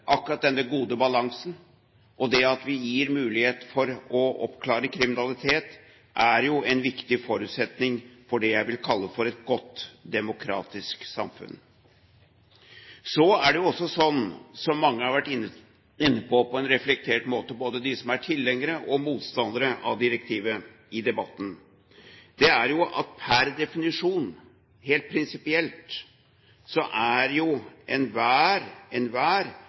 akkurat dette, akkurat denne gode balansen, og det at vi gir mulighet for å oppklare kriminalitet, er jo en viktig forutsetning for det jeg vil kalle for et godt, demokratisk samfunn. Som mange har vært inne på i debatten på en reflektert måte, både de som er tilhengere av, og de som er motstandere av direktivet, er at per definisjon, helt prinsipielt, er